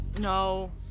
No